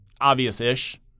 obvious-ish